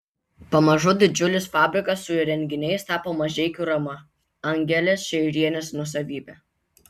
pamažu didžiulis fabrikas su įrenginiais tapo mažeikių rama angelės šeirienės nuosavybe